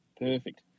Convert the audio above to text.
Perfect